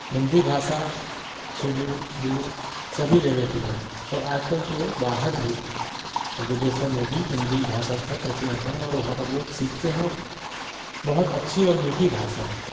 हिन्दी भाषा सुदूर दूर सभी जगह के लोग और आज कल तो बाहर भी विदेशों में भी हिन्दी भाषा का प्रचलन है और वहाँ पर लोग सीखते हैं और बहुत अच्छी और मीठी भाषा है